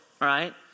right